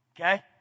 Okay